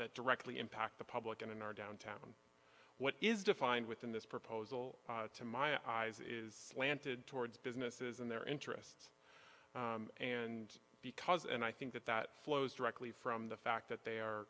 that directly impact the public and in our downtown what is defined within this proposal to my eyes is slanted towards businesses and their interests and because and i think that that flows directly from the fact that they are